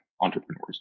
entrepreneurs